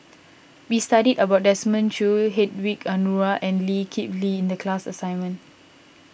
we studied about Desmond Choo Hedwig Anuar and Lee Kip Lee in the class assignment